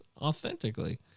authentically